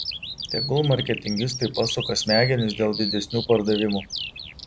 tegul marketingistai pasuka smegenis dėl didesnių pardavimų